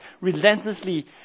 relentlessly